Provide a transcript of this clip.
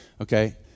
okay